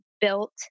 built